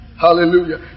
Hallelujah